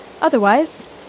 Otherwise